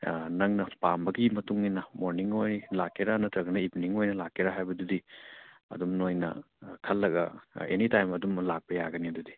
ꯅꯪꯅ ꯄꯥꯝꯕꯒꯤ ꯃꯇꯨꯡ ꯏꯟꯅ ꯃꯣꯔꯅꯤꯡ ꯑꯣꯏꯅ ꯂꯥꯛꯀꯦꯔꯥ ꯅꯠꯇ꯭ꯔꯒꯅ ꯏꯕꯅꯤꯡ ꯑꯣꯏꯅ ꯂꯥꯛꯀꯦꯔꯥ ꯍꯥꯏꯕꯗꯨꯗꯤ ꯑꯗꯨꯝ ꯅꯈꯣꯏꯅ ꯈꯜꯂꯒ ꯑꯦꯅꯤꯇꯥꯏꯝ ꯑꯗꯨꯝ ꯂꯥꯛꯄ ꯌꯥꯒꯅꯤ ꯑꯗꯨꯗꯤ